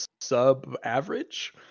sub-average